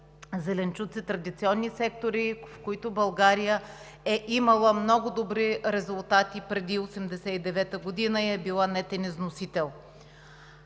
зеленчуци – традиционни сектори, в които България е имала много добри резултати преди 1989 г. и е била нетен износител.